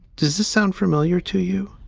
does this sound familiar to you?